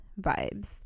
vibes